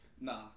Nah